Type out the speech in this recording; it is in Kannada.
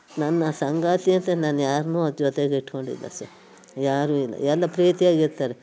ನನ್ನ ಸಂಗಾತಿ ಅಂತ ನಾನು ಯಾರನ್ನು ನನ್ನ ಜೊತೆಗಿಟ್ಕೊಂಡಿಲ್ಲ ಸರ್ ಯಾರು ಇಲ್ಲ ಎಲ್ಲ ಪ್ರೀತಿಯಾಗಿರ್ತಾರೆ